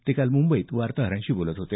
ते काल मुंबईत वार्ताहरांशी बोलत होते